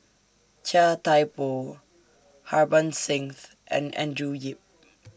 Chia Thye Poh Harbans Singh's and Andrew Yip